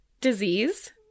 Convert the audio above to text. disease